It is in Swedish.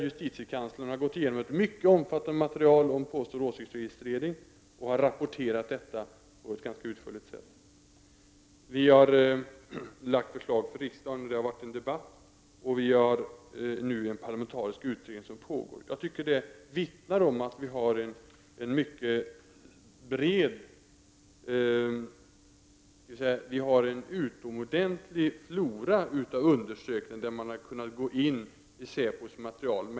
Justitiekanslern har gått igenom ett mycket omfattande material om påstådd åsiktsregistrering och har rapporterat detta på ett ganska utförligt sätt. Vi har lagt fram förslag i riksdagen, och vi har haft debatter. Vi har nu en parlamentarisk utredning som pågår. Jag tycker att detta vittnar om en utomordentlig flora av undersökningar, där vi har kunnat gå in i säpos material.